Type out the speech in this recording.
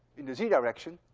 in the z direction,